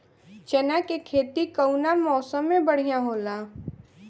चना के खेती कउना मौसम मे बढ़ियां होला?